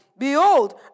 Behold